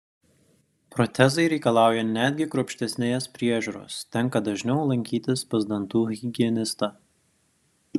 protezai reikalauja netgi kruopštesnės priežiūros tenka dažniau lankytis pas dantų higienistą